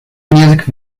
music